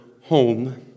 home